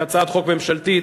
בהצעת חוק ממשלתית,